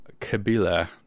Kabila